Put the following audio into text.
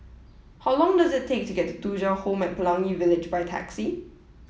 how long does it take to get to Thuja Home at Pelangi Village by taxi